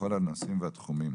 לכל הנושאים והתחומים.